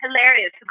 hilarious